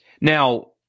Now